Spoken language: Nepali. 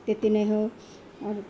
त्यति नै हो अरू